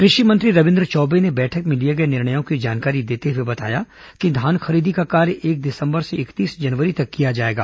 कृषि मंत्री रविन्द्र चौबे ने बैठक में लिए गए निर्णयों की जानकारी देते हुए बताया कि धान खरीदी का कार्य एक दिसंबर से इकतीस जनवरी तक किया जाएगा